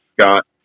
Scott